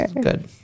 good